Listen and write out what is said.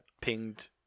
pinged